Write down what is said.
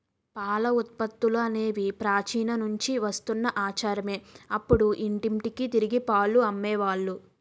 పాల ఉత్పత్తులనేవి ప్రాచీన నుంచి వస్తున్న ఆచారమే అప్పుడు ఇంటింటికి తిరిగి పాలు అమ్మే వాళ్ళు